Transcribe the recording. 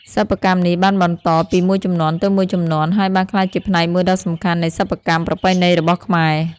សិប្បកម្មនេះបានបន្តពីមួយជំនាន់ទៅមួយជំនាន់ ហើយបានក្លាយជាផ្នែកមួយដ៏សំខាន់នៃសិប្បកម្មប្រពៃណីរបស់ខ្មែរ។